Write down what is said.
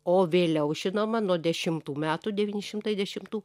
o vėliau žinoma nuo dešimtų metų devyni šimtai dešimtų